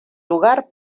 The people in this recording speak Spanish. lugar